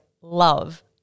love